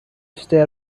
stay